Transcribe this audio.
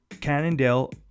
Cannondale